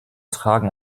tragen